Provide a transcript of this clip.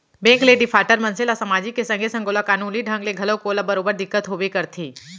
bank ले defaulter मनसे ल समाजिक के संगे संग ओला कानूनी ढंग ले घलोक ओला बरोबर दिक्कत होबे करथे